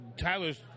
Tyler's